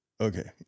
Okay